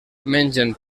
mengen